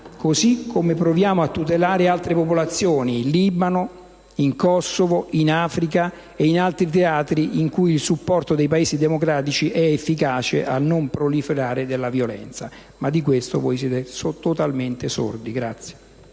così come proviamo a tutelare altre popolazioni, in Libano, in Kosovo, in Africa ed in altri teatri in cui il supporto dei Paesi democratici è efficace rispetto al non proliferare della violenza. Ma al riguardo, voi siete totalmente sordi.